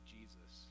Jesus